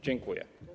Dziękuję.